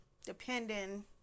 depending